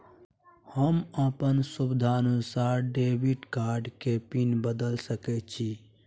हम अपन सुविधानुसार डेबिट कार्ड के पिन बदल सके छि?